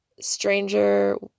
stranger